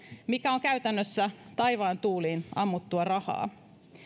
mikä on käytännössä taivaan tuuliin ammuttua rahaa